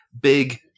big